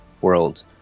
world